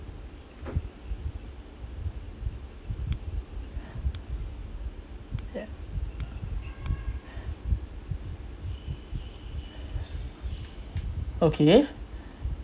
okay